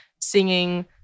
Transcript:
singing